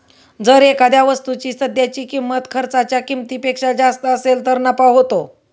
जर एखाद्या वस्तूची सध्याची किंमत खर्चाच्या किमतीपेक्षा जास्त असेल तर नफा होतो